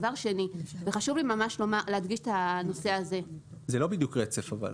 אבל זה לא בדיוק רצף.